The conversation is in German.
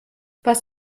was